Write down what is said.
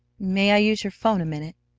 may i use your phone a minute?